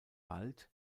wald